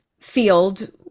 field